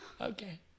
Okay